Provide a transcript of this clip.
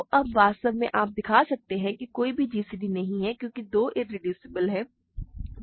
तो अब वास्तव में आप दिखा सकते हैं कि कोई भी gcd नहीं है क्योंकि 2 इरेड्यूसिबल है